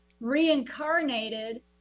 reincarnated